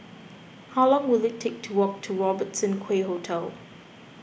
how long will it take to walk to Robertson Quay Hotel